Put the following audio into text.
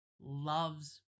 loves